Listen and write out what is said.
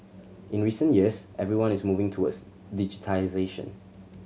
in recent years everyone is moving towards digitisation